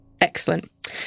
Excellent